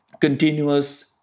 continuous